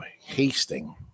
Hasting